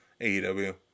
AEW